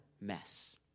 mess